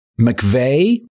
McVeigh